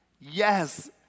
Yes